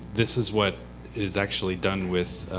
this is what is actually done with